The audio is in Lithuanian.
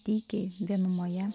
tykiai vienumoje